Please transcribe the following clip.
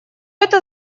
это